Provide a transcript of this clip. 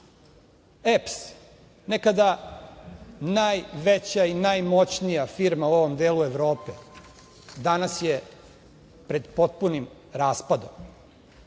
Nekada najveća i najmoćnija firma u ovom delu Evrope, EPS, danas je pred potpunim raspadom.